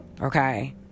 Okay